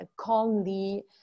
calmly